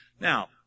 Now